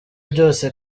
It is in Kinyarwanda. byose